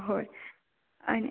होय आणि